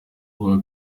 rwa